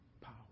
power